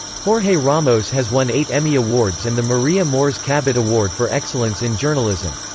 jorge ramos has won eight emmy awards and the maria moors cabot award for excellence in journalism.